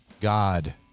God